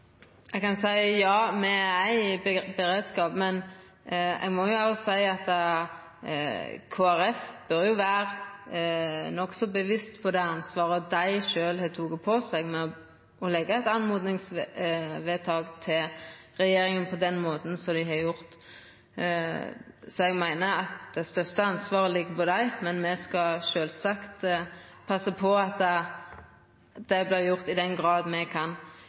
Eg kan seia ja, me er i beredskap, men eg må òg seia at Kristeleg Folkeparti bør vera nokså bevisst på det ansvaret dei sjølve har teke på seg med eit oppmodingsvedtak til regjeringa på den måten som dei har gjort. Eg meiner at det største ansvaret ligg på dei, men me skal sjølvsagt passa på at det vert gjort, i den grad me kan.